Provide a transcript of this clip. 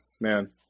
Man